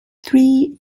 three